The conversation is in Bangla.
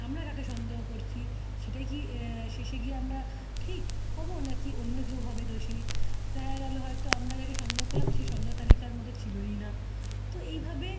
আমরা কাকে সন্দেহ করছি সেটাই কি শেষে গিয়ে আমরা ঠিক হবো না কি অন্য কেউ হবে দোষী দেখা গেল হয়তো আমরা যাকে সন্দেহ করলাম সে সন্দেহ তালিকার মধ্যে ছিলোই না তো এইভাবে